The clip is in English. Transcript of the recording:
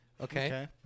Okay